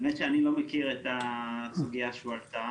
האמת היא שאני לא מכיר את הסוגיה שהועלתה.